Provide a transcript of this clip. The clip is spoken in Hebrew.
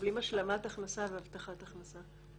שמקבלים השלמת הכנסה והבטחת הכנסה.